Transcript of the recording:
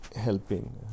helping